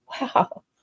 wow